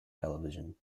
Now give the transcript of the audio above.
television